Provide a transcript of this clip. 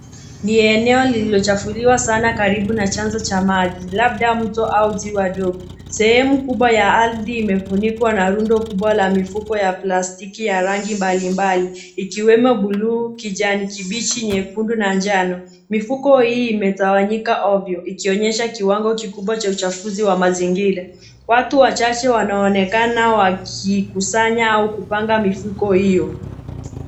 Ni eneo lililochafuliwa sana karibu na chanzo cha maji labda mto au ziwa dogo. Sehemu kubwa ya ardhi imefunikwa na rundo kubwa la mifuko ya plastiki ya rangi mbalimbali ikiwemo buluu, kijani kibichi, nyekundu na njano. Mifuko hii imetawanyika ovyo ikionyesha kiwango kikubwa cha uchafuzi wa mazingira. Watu wachache wanaonekana wakikusanya au kupanga mifuko hiyo.